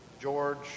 George